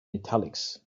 italics